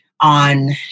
on